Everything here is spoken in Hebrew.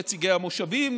נציגי המושבים,